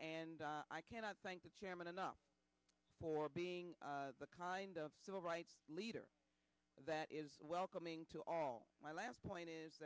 and i cannot thank the chairman enough for being the kind of civil rights leader that is welcoming to all my last point is